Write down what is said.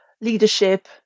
leadership